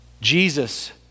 Jesus